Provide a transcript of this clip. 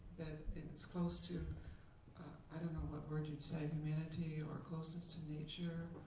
that it's close to i don't know what word you'd say, humanity, or closeness to nature.